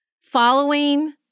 following